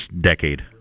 decade